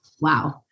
Wow